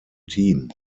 team